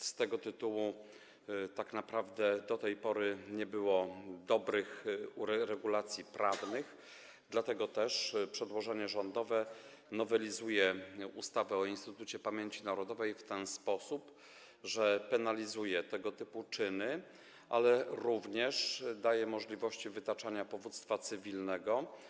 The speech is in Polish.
W tej kwestii tak naprawdę do tej pory nie było dobrych regulacji prawnych, dlatego też przedłożenie rządowe nowelizuje ustawę o Instytucie Pamięci Narodowej w taki sposób, że penalizuje tego typu czyny, ale również daje możliwość wytaczania powództwa cywilnego.